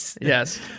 Yes